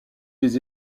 des